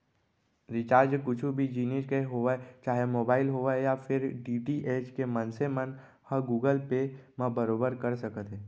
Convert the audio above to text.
recharge कुछु भी जिनिस के होवय चाहे मोबाइल होवय या फेर डी.टी.एच के मनसे मन ह गुगल पे म बरोबर कर सकत हे